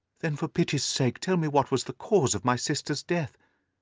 then, for pity's sake, tell me what was the cause of my sister's death.